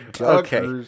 Okay